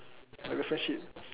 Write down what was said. like a friendship